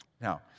Now